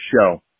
show